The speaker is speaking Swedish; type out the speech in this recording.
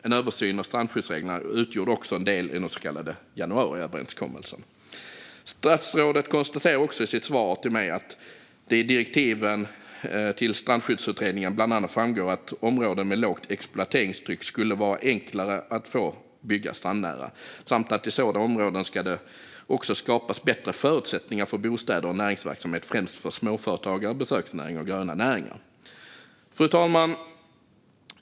En översyn av strandskyddsreglerna utgjorde också en del i den så kallade januariöverenskommelsen. Statsrådet konstaterar i sitt svar till mig att det i direktiven till Strandskyddsutredningen bland annat framgår att det i områden med lågt exploateringstryck ska vara enklare att få bygga strandnära. Vidare säger han att det i sådana områden också ska skapas bättre förutsättningar för bostäder och näringsverksamhet främst för småföretagare, besöksnäring och gröna näringar. Fru talman!